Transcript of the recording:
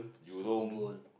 Superbowl